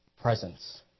presence